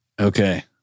Okay